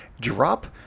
Drop